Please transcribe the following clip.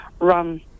run